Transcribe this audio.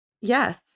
Yes